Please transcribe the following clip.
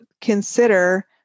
consider